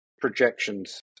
projections